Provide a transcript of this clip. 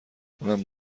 اونم